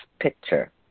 picture